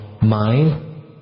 mind